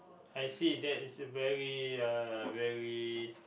I see that is a very uh very